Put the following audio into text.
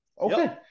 Okay